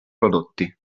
prodotti